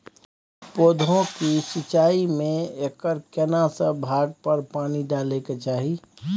पौधों की सिंचाई में एकर केना से भाग पर पानी डालय के चाही?